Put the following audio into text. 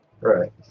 Right